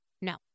No